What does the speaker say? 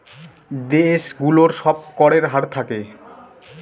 দেশ গুলোর সব করের হার থাকে